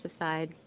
aside